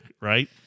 Right